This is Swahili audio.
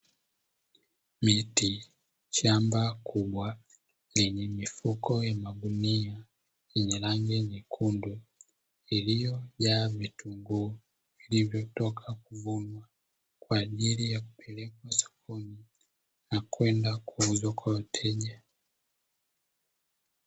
Miti, shamba kubwa lenye mifuko ya magunia yenye rangi nyekundu iliyojaa vitunguu vilivyotoka kuvunwa kwa ajili ya kupelekwa sokoni na kwenda kuuzwa kwa wateja.